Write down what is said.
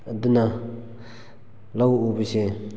ꯑꯗꯨꯅ ꯂꯧ ꯎꯕꯁꯦ